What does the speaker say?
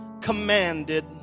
commanded